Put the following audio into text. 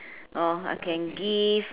uh I can give